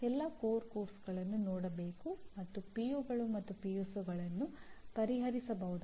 engineering ಪದವೀಧರರು ಯಾರು